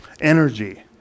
Energy